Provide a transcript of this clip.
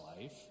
life